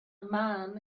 man